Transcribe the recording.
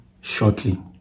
shortly